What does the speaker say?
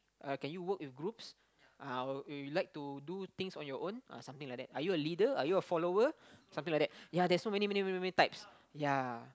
uh can you work in groups ah you you like to do things on your own or something like that are you a leader are you a follower something like that ya there's so many many many many types ya